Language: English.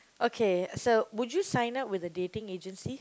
okay so would you sign up with a dating agency